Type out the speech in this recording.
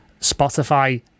Spotify